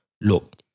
look